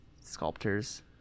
sculptors